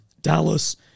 Dallas